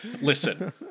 listen